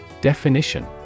definition